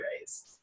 raise